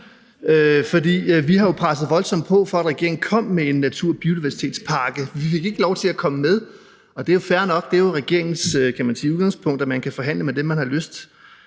for vi har jo presset voldsomt på for, at regeringen skulle komme med en natur- og biodiversitetspakke. Vi fik ikke lov til at komme med, og det er jo fair nok. Det er jo regeringens privilegium, at man kan forhandle med dem, man har lyst